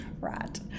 Right